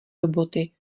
roboty